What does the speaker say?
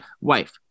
wife